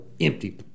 empty